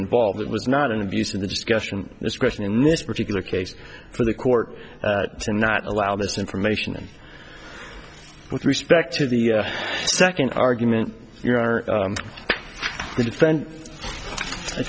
involved it was not an abuse of the discussion discretion in this particular case for the court to not allow this information with respect to the second argument